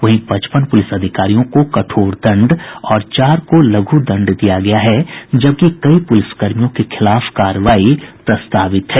वहीं पचपन पुलिस अधिकारियों को कठोर दंड और चार को लघू दंड दिया गया है जबकि कई पुलिसकर्मियों के खिलाफ कार्रवाई प्रस्तावित है